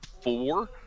four